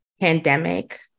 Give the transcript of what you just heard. pandemic